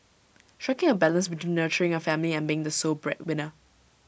striking A balance between nurturing A family and being the sole breadwinner